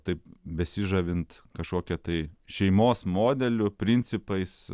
taip besižavint kažkokia tai šeimos modeliu principais